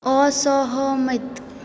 असहमति